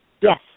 Yes